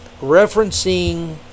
referencing